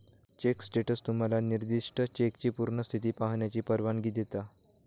check status तुम्हाला निर्दिष्ट चेकची पूर्ण स्थिती पाहण्याची परवानगी देते